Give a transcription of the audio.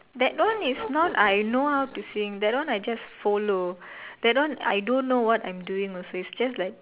that one is not I know how to sing that one I just follow that one I don't know what I'm doing also it's just like